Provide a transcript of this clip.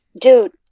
Dude